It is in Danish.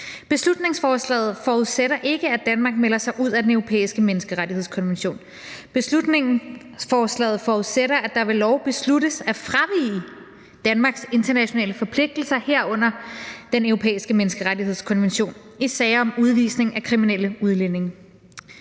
»Beslutningsforslaget forudsætter ikke, at Danmark melder sig ud af Den Europæiske Menneskerettighedskonvention (EMRK). Beslutningsforslaget forudsætter, at det ved lov besluttes at fravige Danmarks internationale forpligtelser, herunder EMRK, i sager om udvisning af kriminelle udlændinge.«